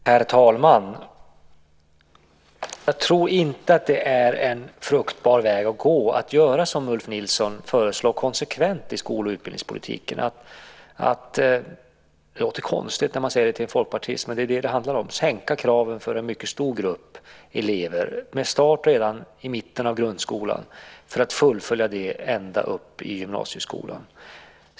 Herr talman! Jag tror inte att det är en fruktbar väg att gå att göra som Ulf Nilsson konsekvent föreslår i skol och utbildningspolitiken - det låter konstigt när man säger det till en folkpartist, men det är vad det handlar om - att sänka kraven för en mycket stor grupp elever med start redan i mitten av grundskolan för att fullfölja det ända upp i gymnasieskolan.